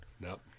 Nope